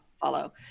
follow